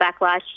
backlash